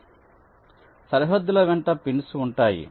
కాబట్టి సరిహద్దుల వెంట పిన్స్ ఉంటాయి